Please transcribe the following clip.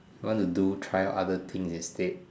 want to do try out other things instead